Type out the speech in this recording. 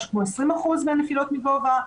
משהו כמו 20% מהנפילות מגובה,